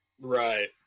Right